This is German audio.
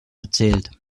erzählt